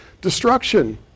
destruction